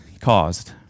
caused